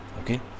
Okay